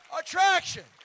attraction